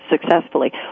successfully